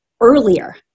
earlier